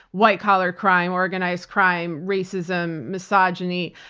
white-collar crime, organized crime, racism, misogyny,